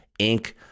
Inc